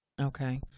Okay